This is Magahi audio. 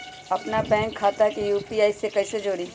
अपना बैंक खाता के यू.पी.आई से कईसे जोड़ी?